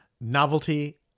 Novelty